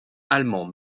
allemand